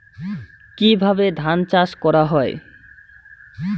কিভাবে ধান চাষ করা হয়?